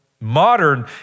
modern